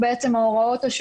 אדוני היושב-ראש וחברי הוועדה,